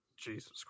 jesus